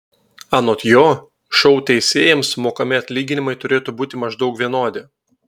anot jo šou teisėjams mokami atlyginimai turėtų būti maždaug vienodi